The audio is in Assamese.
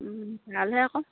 ভালহে আকৌ